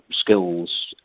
skills